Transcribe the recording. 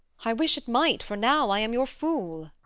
i wish it might, for now i am your fool.